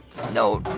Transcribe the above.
no,